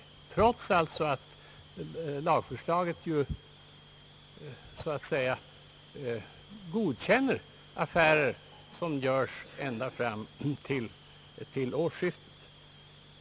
Det ursprungliga lagförslaget godkänner ju affärer enligt nuvarande villkor ända fram till årsskiftet.